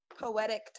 Poetic